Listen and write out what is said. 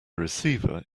receiver